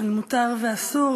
על מותר ואסור,